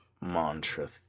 mantra